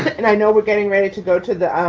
and i know we're getting ready to go to the